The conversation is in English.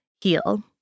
heal